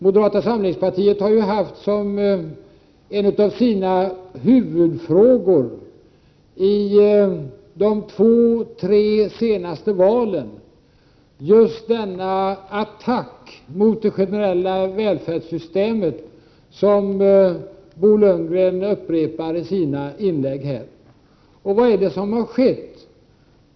Moderata samlingspartiet har i de två tre senaste valen haft som en av sina huvudfrågor just denna attack mot det generella välfärdssystemet, som Bo Lundgren upprepar i sina inlägg här. Vad är det som har skett?